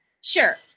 sure